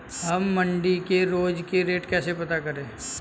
हम मंडी के रोज के रेट कैसे पता करें?